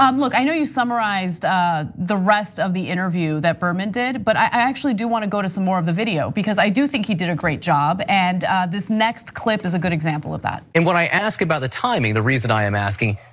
um look, i know you summarized ah the rest of the interview that berman did. but i actually do wanna go to some more of the video because i do think he did a great job, and this next clip is a good example of that. and when i ask about the timing the reason i'm asking,